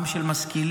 עם של משכילים.